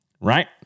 Right